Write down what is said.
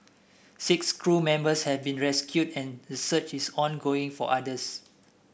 six crew members have been rescued and a search is ongoing for others